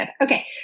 okay